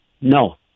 No